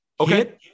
Okay